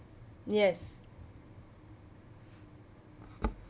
yes